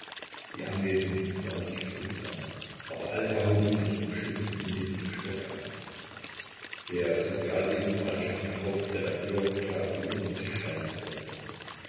die anwesenden sahen sich verdutzt an aber alle erhoben sich und stimmten in den trinkspruch ein der sozialdemokratisch angehauchte redakteur glaubte unter den tisch fallen zu sollen